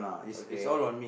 okay